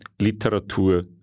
Literatur